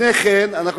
לפני כן שמענו